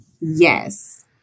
Yes